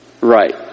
Right